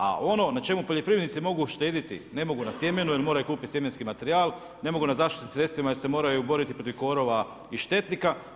A ono na čemu poljoprivrednici mogu štediti ne mogu na sjemenu, jer moraju kupiti sjemenski materijal, ne mogu na zaštitnim sredstvima jer se moraju boriti protiv korova i štetnika.